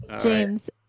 James